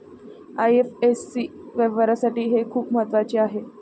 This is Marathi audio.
आई.एफ.एस.सी व्यवहारासाठी हे खूप महत्वाचे आहे